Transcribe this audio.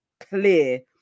clear